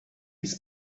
his